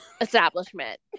establishment